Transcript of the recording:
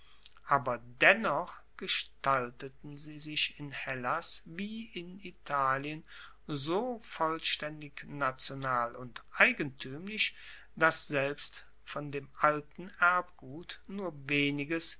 aber dennoch gestalteten sie sich in hellas wie in italien so vollstaendig national und eigentuemlich dass selbst von dem alten erbgut nur weniges